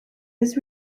was